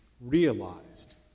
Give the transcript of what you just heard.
realized